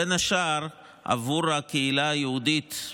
בין השאר בעבור הקהילה היהודית,